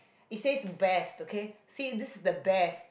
it says best okay say this is the best